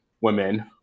women